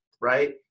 right